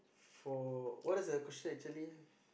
for what is the question actually